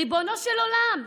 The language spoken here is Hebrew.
ריבונו של עולם.